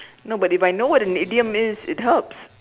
no but if I know what an idiom means it helps